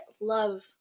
love